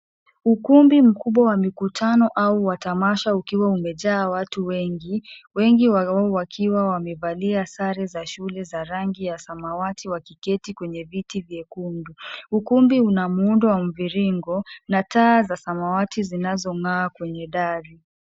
Ukumbi mkubwa wa mikutano au wa tamasha ukiwa umejaa watu wengi, wengi wao wakiwa wamevalia sare za shule za rangi ya samawati wakiketi kwenye viti vyekundu. Ukumbi una muundo wa mviringo na taa za samawati zinazong'aa kwenye dari.